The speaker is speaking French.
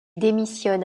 démissionne